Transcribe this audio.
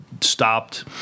stopped